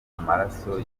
amaraso